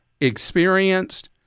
experienced